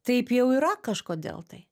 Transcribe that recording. taip jau yra kažkodėl tai